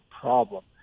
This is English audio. problem